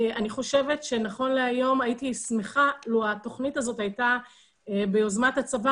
אני חושבת שנכון להיום הייתי שמחה לו התכנית הזאת הייתה ביוזמת הצבא,